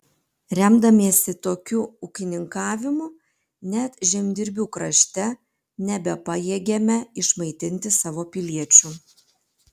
remdamiesi tokiu ūkininkavimu net žemdirbių krašte nebepajėgėme išmaitinti savo piliečių